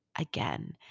Again